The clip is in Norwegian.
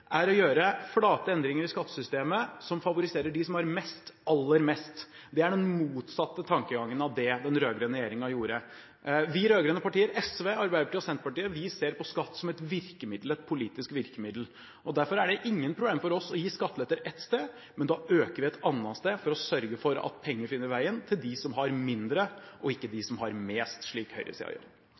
er å gjøre flate endringer i skattesystemet, som favoriserer dem som har mest, aller mest. Det er den motsatte tankegangen av det den rød-grønne regjeringen hadde. Vi rød-grønne partier – SV, Arbeiderpartiet og Senterpartiet – ser på skatt som et politisk virkemiddel. Derfor er det ingen problemer for oss å gi skatteletter ett sted, men da øker vi et annet sted for å sørge for at penger finner veien til dem som har mindre, og ikke dem som har mest, slik høyresiden gjør.